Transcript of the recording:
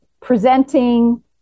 presenting